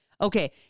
Okay